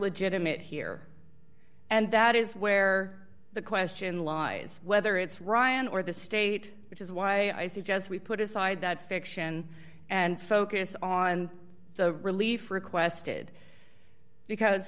legitimate here and that is where the question lies whether it's ryan or the state which is why i suggest we put aside that fiction and focus on the relief requested because